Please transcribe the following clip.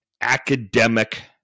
academic